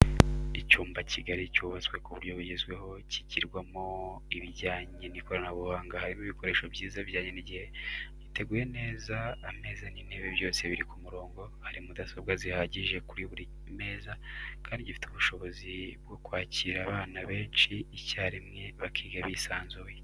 Icyumba kigari cyubatse ku buryo bugezweho kigirwamo ibijyanye n'ikoranabuhanga harimo ibikoresho byiza bijyanye n'igihe, giteguye neza ameza n'intebe byose biri ku murongo, hari mudasobwa zihagije kuri buri meza kandi gifite ubushobozi bwo kwakira abana benshi icyarimwe bakiga bisanzuye.